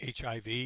HIV